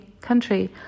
country